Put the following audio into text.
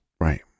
Right